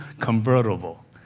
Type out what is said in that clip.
convertible